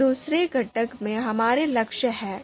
फिर दूसरे घटक में हमारा लक्ष्य है